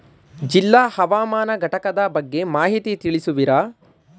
ಜಿಲ್ಲಾ ಹವಾಮಾನ ಘಟಕದ ಬಗ್ಗೆ ಮಾಹಿತಿ ತಿಳಿಸುವಿರಾ?